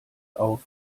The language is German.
auf